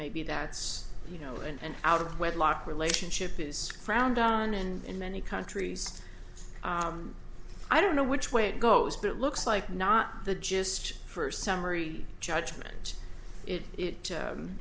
maybe that's you know and out of wedlock relationship is frowned on and in many countries i don't know which way it goes but it looks like not the just for summary judgment it